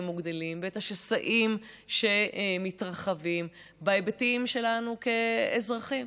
וגדלים ואת השסעים שמתרחבים בהיבטים שלנו כאזרחים.